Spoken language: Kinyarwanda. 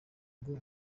ngo